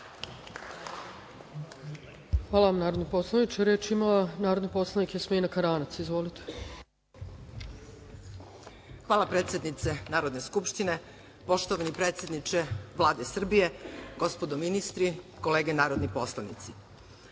Hvala vam, narodni poslaniče. Reč ima narodni poslanik, Jasmina Karanc. Izvolite. **Jasmina Karanac** Hvala, predsednice Narodne skupštine. Poštovani predsedniče Vlade Srbije, gospodo ministri, kolege narodni poslanici,